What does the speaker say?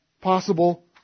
possible